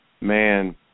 man